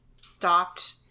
stopped